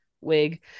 wig